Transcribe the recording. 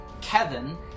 Kevin